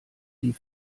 die